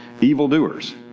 evildoers